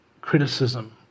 criticism